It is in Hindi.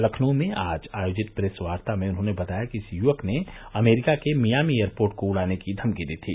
लखनऊ में आज आयोजित प्रेसवर्ता में उन्होंने बताया कि इस युवक ने अमेरिका के मियामी एयरपोर्ट को उड़ाने की धमकी दी थी